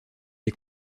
est